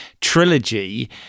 trilogy